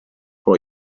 vor